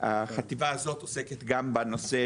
והחטיבה הזאת עוסקת גם בנושא